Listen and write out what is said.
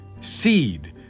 Seed